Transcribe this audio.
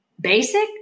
basic